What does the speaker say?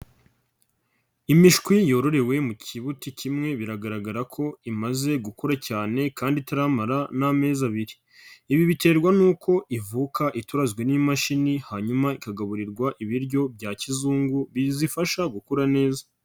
Imishwi yororewe mu kibuti kimwe biragaragara ko imaze gukura cyane kandi itaramara n'amezi abiri, ibi biterwa n'uko ivuka iturazwe n'imashini hanyuma ikagaburirwa ibiryo bya kizungu bizifasha gukura neza.